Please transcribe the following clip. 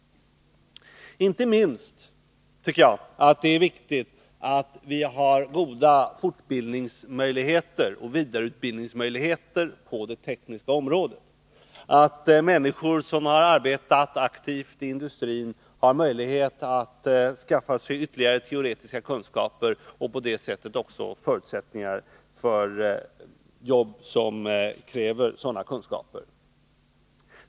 Inte minst viktigt är det, tycker jag, att vi har goda fortbildningsoch vidareutbildningsmöjligheter på det tekniska området, att människor som arbetat aktivt i industrin har möjlighet att skaffa sig ytterligare teoretiska kunskaper och på det sättet också förutsättningar för jobb som kräver sådana kunskaper.